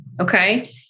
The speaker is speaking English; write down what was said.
Okay